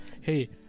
hey